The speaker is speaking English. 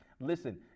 Listen